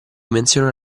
menziona